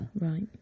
Right